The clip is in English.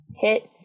hit